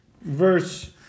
verse